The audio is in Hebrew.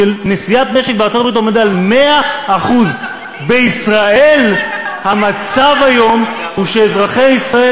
שיעור נשיאת נשק בארצות-הברית עומד על 100%. זה מה שאתה רוצה?